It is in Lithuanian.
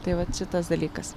tai vat šitas dalykas